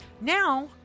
now